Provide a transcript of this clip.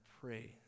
pray